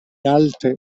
alte